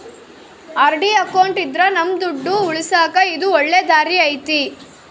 RD account ಇದ್ರ ನಮ್ ದುಡ್ಡು ಉಳಿಸಕ ಇದು ಒಳ್ಳೆ ದಾರಿ ಐತಿ